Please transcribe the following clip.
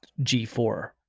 G4